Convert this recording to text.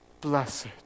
Blessed